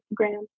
Instagram